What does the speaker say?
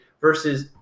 versus –